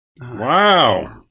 Wow